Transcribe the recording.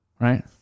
Right